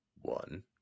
one